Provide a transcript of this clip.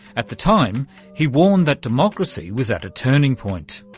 at the time he warned that democracy was at a turning point.